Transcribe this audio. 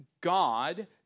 God